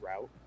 route